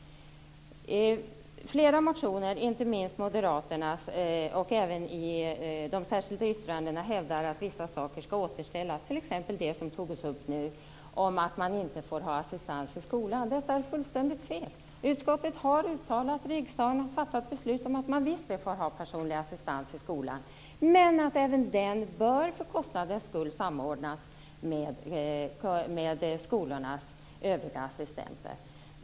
Flera motioner och särskilda yttranden, inte minst från Moderaterna, hävdar att vissa saker skall återställas, t.ex. det som togs upp nu om att man inte får ha assistans i skolan. Detta är fullständigt fel. Utskottet har uttalat och riksdagen har fattat beslut om att man visst får ha personlig assistans i skolan. Men även denna bör för kostnadens skull samordnas med skolornas övriga assistenter.